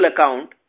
account